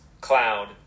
Cloud